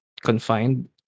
confined